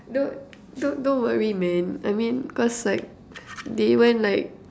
don't don't worry man I mean cause like they even like